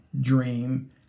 dream